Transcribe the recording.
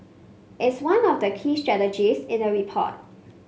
it is one of the key strategies in the report